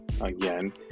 Again